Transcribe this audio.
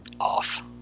off